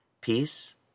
peace